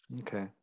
Okay